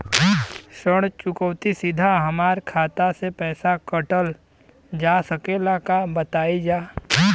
ऋण चुकौती सीधा हमार खाता से पैसा कटल जा सकेला का बताई जा?